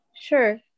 sure